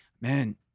man